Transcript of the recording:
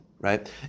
right